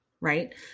Right